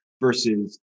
versus